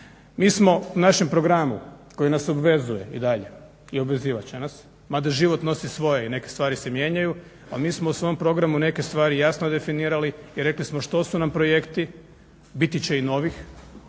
Mi smo u našem programu koji nas obvezuje i dalje i obvezivat će nas, mada život nosi svoje i neke stvari se mijenjaju, ali mi smo u svom programu neke stvari jasno definirali i rekli što su nam projekti, biti će i novih kako